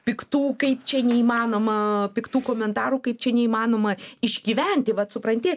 piktų kaip čia neįmanoma piktų komentarų kaip čia neįmanoma išgyventi vat supranti